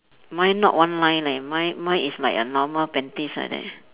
mine not one line leh mine mine is like a normal panties like that